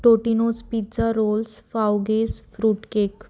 Totino's pizza rolls फावगेस fruit cake